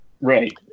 Right